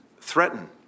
threaten